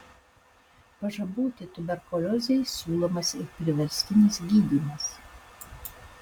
pažaboti tuberkuliozei siūlomas ir priverstinis gydymas